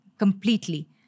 Completely